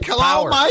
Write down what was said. power